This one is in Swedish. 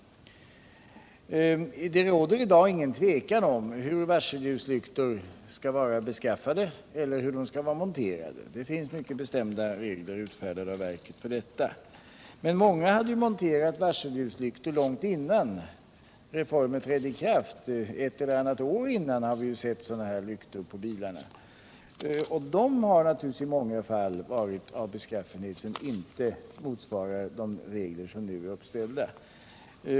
Det råder i dag ingen tvekan om hur varselljuslyktor skall vara beskaffade och monterade. Det finns mycket bestämda regler utfärdade av trafiksäkerhetsverket för detta. Men många hade monterat varselljuslyktor långt innan reformen trädde i kraft. Ett eller annat år före ikraftträdandet har vi ju sett sådana här lyktor på bilarna. De har naturligtvis i många fall varit av beskaffenhet som inte motsvarar de regler som nu är uppställda.